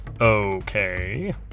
Okay